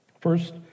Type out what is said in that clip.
First